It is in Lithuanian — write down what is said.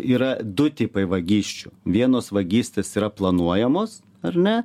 yra du tipai vagysčių vienos vagystės yra planuojamos ar ne